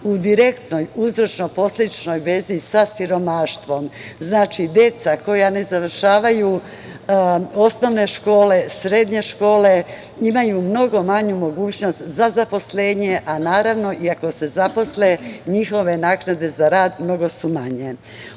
u direktnoj uzročno-posledičnoj vezi sa siromaštvom. Znači, deca koja ne završavaju osnovne škole, srednje škole, imaju mnogo manju mogućnost za zaposlenje, a naravno, i ako se zaposle, njihove naknade za rad mnogo su manje. Ova